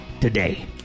today